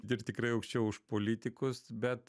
ir tikrai aukščiau už politikus bet